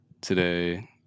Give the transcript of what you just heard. today